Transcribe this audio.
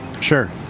Sure